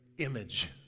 image